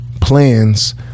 plans